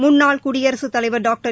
முன்னாள் குடியரசுத் தலைவர் டாக்டர்